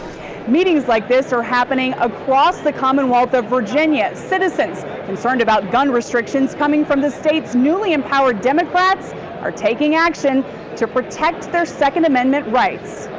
meetings like this are happening across the commonwealth of virginia. citizens concerned about gun restrictions coming from the state's newly empowered democrats are taking action to protect their second amendment rights.